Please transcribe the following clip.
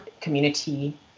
community